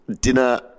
dinner